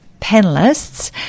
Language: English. panelists